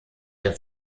der